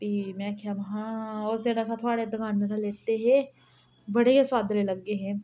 फ्ही में आखेआ महां उस दिन असें थोआढ़े दकाना रा लेते हे बड़े गै सोआदले लग्गे हे